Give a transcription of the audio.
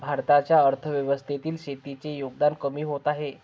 भारताच्या अर्थव्यवस्थेतील शेतीचे योगदान कमी होत आहे